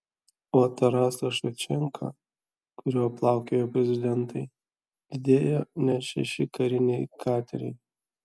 o tarasą ševčenką kuriuo plaukiojo prezidentai lydėjo net šeši kariniai kateriai